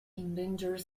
endangered